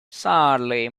sadly